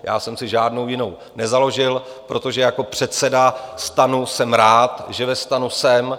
Já jsem si žádnou jinou nezaložil, protože jako předseda STAN jsem rád, že ve STAN jsem.